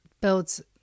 builds